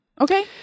Okay